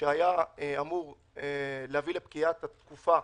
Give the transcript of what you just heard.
שהיה אמור להביא לפקיעת התקופה